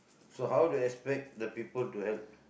so how do you expect the people to help